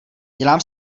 dělám